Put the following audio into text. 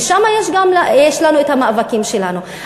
ושם יש לנו את המאבקים שלנו.